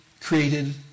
created